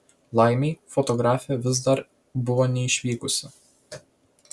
laimei fotografė vis dar buvo neišvykusi